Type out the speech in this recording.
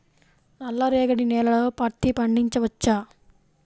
నల్ల రేగడి నేలలో పత్తి పండించవచ్చా?